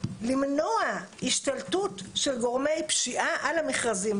למנוע השתלטות של גורמי פשיעה על המכרזים,